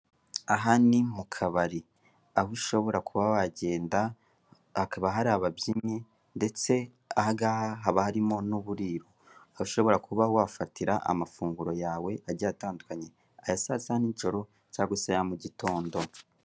Aha ni mu kabari, aho ushobora kuba wagenda hakaba hari ababyinnyi; ndetse aha ngaha haba harimo n'uburiro, aho ushobora kuba wafatira amafunguro yawe agiye atandukanye: aya sa sita na ninjoro cyagwa aya mugitondo.